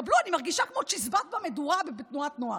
קבלו, אני מרגישה כמו בצ'יזבט במדורה בתנועת נוער,